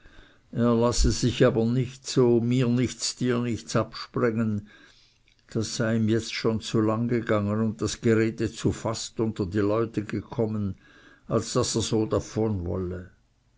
er lasse sich aber nicht so mir nichts dir nichts absprengen das sei ihm jetzt schon zu lang gegangen und das gerede zu fast unter die leute gekommen als daß er so davon wolle